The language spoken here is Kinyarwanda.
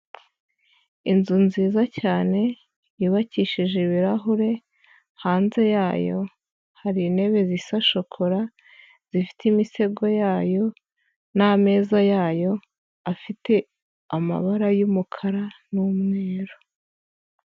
Inzu nziza cyane yubakishije ibirahure, hanze yayo hari intebe zisa shokora zifite imisego yayo, n'ameza yayo afite amabara y'umukara n'umweru.